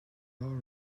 all